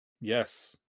Yes